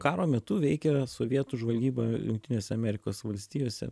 karo metu veikė sovietų žvalgyba jungtinėse amerikos valstijose